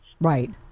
Right